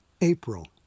April